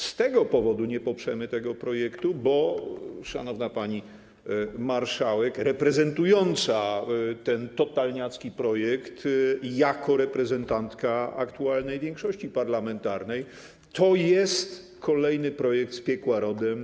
Z tego powodu nie poprzemy tego projektu, bo, szanowna pani marszałek reprezentująca ten totalniacki projekt jako reprezentantka aktualnej większości parlamentarnej, to jest kolejny projekt z piekła rodem.